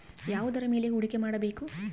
ಯಾವುದರ ಮೇಲೆ ಹೂಡಿಕೆ ಮಾಡಬೇಕು?